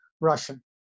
Russian